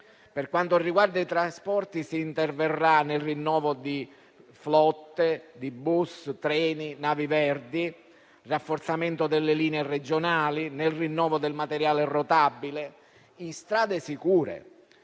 Per quanto riguarda i trasporti, si interverrà nel rinnovo di flotte, di bus, treni, navi verdi, nel rafforzamento delle linee regionali, nel rinnovo del materiale rotabile, in strade sicure